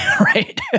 right